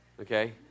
okay